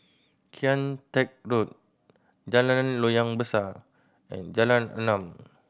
Kian Teck Road Jalan Loyang Besar and Jalan Enam